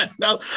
No